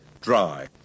dry